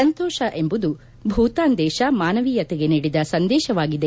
ಸಂತೋಷ ಎಂಬುದು ಭೂತಾನ್ ದೇಶ ಮಾನವೀಯತೆಗೆ ನೀಡಿದ ಸಂದೇಶವಾಗಿದೆ